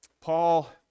Paul